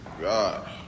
God